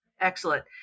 Excellent